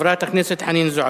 חברת הכנסת חנין זועבי,